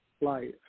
life